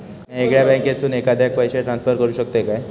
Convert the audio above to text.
म्या येगल्या बँकेसून एखाद्याक पयशे ट्रान्सफर करू शकतय काय?